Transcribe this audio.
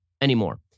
anymore